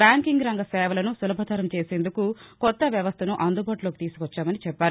banking రంగ సేవలను సులభతరం చేసేందుకు కొత్త వ్యవస్థను అందుబాటులోకి తీసుకువచ్చామని చెప్పారు